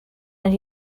and